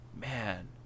man